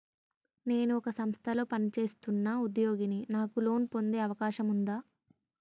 నేను ఒక సంస్థలో పనిచేస్తున్న ఉద్యోగిని నాకు లోను పొందే అవకాశం ఉందా?